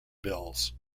bills